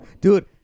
Dude